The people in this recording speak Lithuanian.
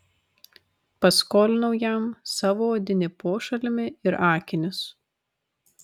paskolinau jam savo odinį pošalmį ir akinius